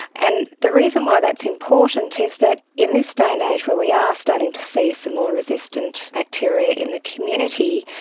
and the reason why that's important is that in this day and age where we are starting to see some more resistant bacteria in the community,